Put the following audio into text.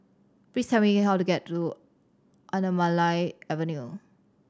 please tell me how to get to Anamalai Avenue